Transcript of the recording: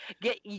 get